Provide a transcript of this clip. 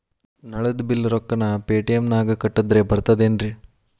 ನಳದ್ ಬಿಲ್ ರೊಕ್ಕನಾ ಪೇಟಿಎಂ ನಾಗ ಕಟ್ಟದ್ರೆ ಬರ್ತಾದೇನ್ರಿ?